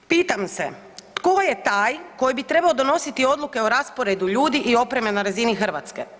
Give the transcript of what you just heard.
Pitam se tko je taj koji bi trebao donositi odluke o rasporedu ljudi i opreme na razini Hrvatske.